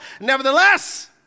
Nevertheless